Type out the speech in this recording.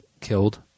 killed